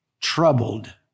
Troubled